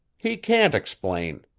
he can't explain,